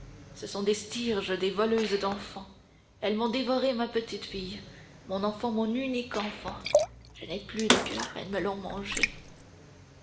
ce sont des stryges des voleuses d'enfants elles m'ont dévoré ma petite fille mon enfant mon unique enfant je n'ai plus de coeur elles me l'ont mangé